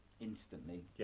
instantly